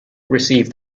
receive